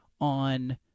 on